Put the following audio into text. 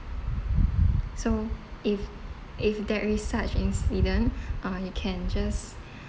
so if if there is such incident uh you can just